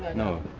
no